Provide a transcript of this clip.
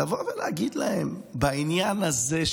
לבוא ולהגיד להם בעניין הזה.